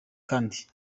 kandt